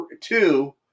two